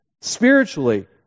spiritually